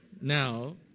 Now